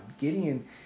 Gideon